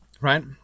right